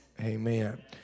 Amen